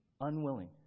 unwilling